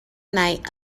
night